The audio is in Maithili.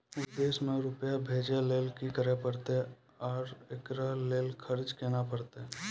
विदेश मे रुपिया भेजैय लेल कि करे परतै और एकरा लेल खर्च केना परतै?